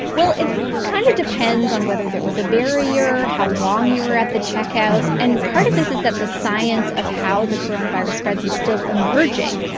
well, it kind of depends on whether there was a barrier how long you were at the checkout and part of this is that the science of how the coronavirus spreads is still emerging.